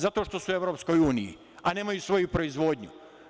Zato što su u EU, a nemaju svoju proizvodnju.